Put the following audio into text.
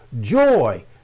joy